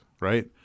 right